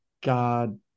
God